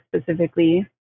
specifically